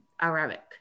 arabic